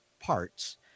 parts